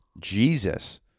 Jesus